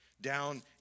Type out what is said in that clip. Down